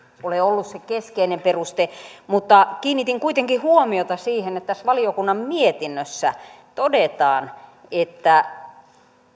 ole ollut se keskeinen peruste mutta kiinnitin kuitenkin huomiota siihen että tässä valiokunnan mietinnössä todetaan että